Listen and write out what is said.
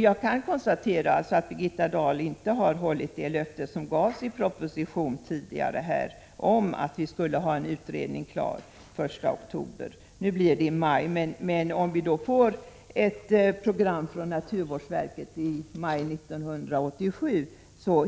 Jag kan konstatera att Birgitta Dahl inte har hållit det löfte som gavs i en proposition tidigare om att en utredning skulle vara klar den 1 oktober. Nu blir det i maj. Men om vi får ett program från naturvårdsverket i maj 1987